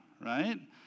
right